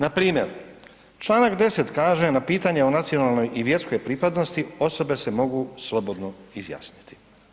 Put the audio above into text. Npr. čl. 10. kaže na pitanje o nacionalnoj i vjerskoj pripadnosti, osobe se mogu slobodno izjasniti.